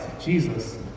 Jesus